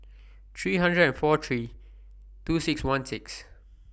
three hundred and four three two six one six